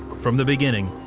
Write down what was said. from the beginning,